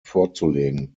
vorzulegen